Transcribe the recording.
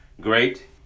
great